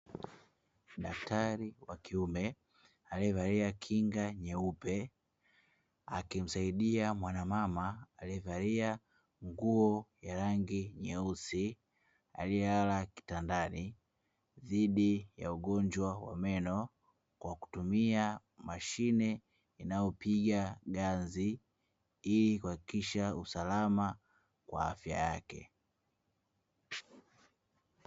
Daktari wa kiume aliyevalia kinga nyeupe akimsaidia mwanamama aliyevalia nguo ya rangi nyeusi aliyelala kitandani, dhidi ya ugonjwa wa meno kwa kutumia mashine inayopiga ganzi ili kuhakikisha usalama wa afya yake.